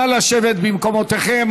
נא לשבת במקומותיכם,